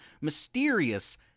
mysterious